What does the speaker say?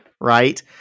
right